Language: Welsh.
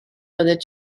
oeddet